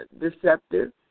deceptive